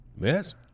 Yes